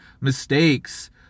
mistakes